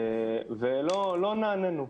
ולא נענינו.